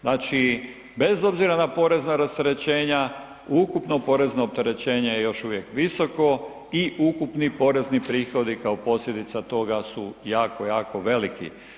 Znači, bez obzira na porezna rasterećenja u ukupno porezno opterećenje je još uvijek visoko i ukupni porezni prihodi kao posljedica toga su jako, jako veliki.